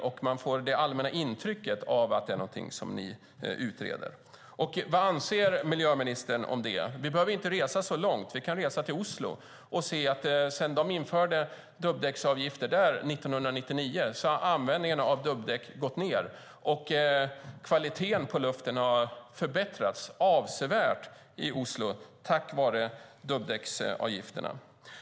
Får man bara det allmänna intrycket av att det är någonting som ni utreder? Vad anser miljöministern om detta? Vi behöver inte resa så långt; det räcker med att resa till Oslo för att se att sedan de införde dubbdäcksavgifter där 1999 har användningen av dubbdäck gått ned och kvaliteten på luften förbättrats avsevärt tack vare detta.